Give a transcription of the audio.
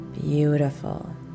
Beautiful